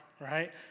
Right